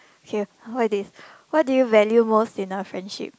K what is this what do you value most in a friendship